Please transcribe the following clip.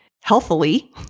healthily